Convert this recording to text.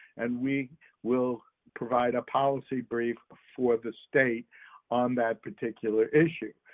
and we will provide a policy brief for the state on that particular issue.